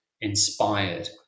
inspired